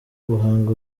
guhanga